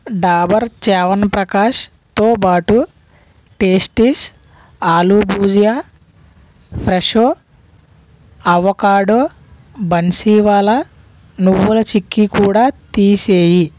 డాబర్ చ్యవన్ప్రకాష్తో బాటు tasties aloo bhujia Fresho avocado Bansiwala నువ్వుల చిక్కీ కూడా తీసేయి